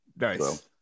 Nice